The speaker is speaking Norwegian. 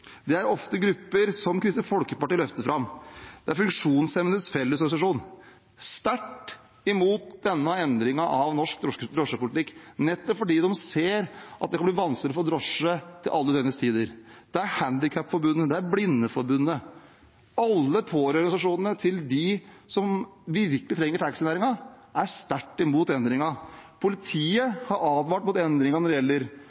denne endringen av norsk drosjepolitikk fordi de ser at det kan bli vanskeligere å få drosje til alle døgnets tider. Handikapforbundet og Blindeforbundet, alle pårørendeorganisasjonene for dem som virkelig trenger taxinæringen, er sterkt imot endringen. Politiet har advart mot endringen når det gjelder